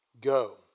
Go